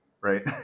right